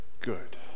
good